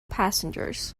passengers